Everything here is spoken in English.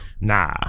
Nah